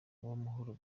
uwamahoro